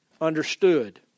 understood